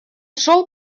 шел